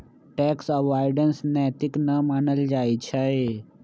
tax avoidance नैतिक न मानल जाइ छइ